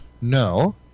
no